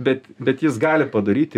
bet bet jis gali padaryti